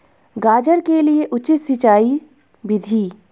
गाजर के लिए उचित सिंचाई विधि?